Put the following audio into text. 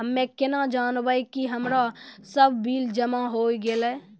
हम्मे केना जानबै कि हमरो सब बिल जमा होय गैलै?